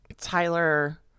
Tyler